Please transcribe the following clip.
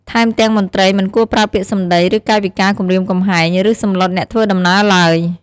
ថែមទាំងមន្ត្រីមិនគួរប្រើពាក្យសំដី ឬកាយវិការគំរាមកំហែង ឬសម្លុតអ្នកធ្វើដំណើរឡើយ។